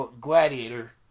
Gladiator